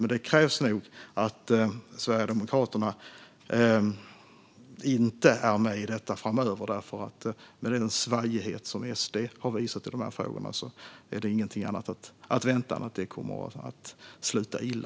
Men det krävs nog att Sverigedemokraterna inte är med i detta framöver. Med den svajighet som SD har visat i dessa frågor är det inget annat att vänta än att det kommer att sluta illa.